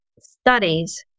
studies